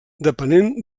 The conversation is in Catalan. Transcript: depenent